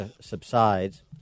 subsides